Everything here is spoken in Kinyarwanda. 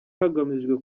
hagamijwe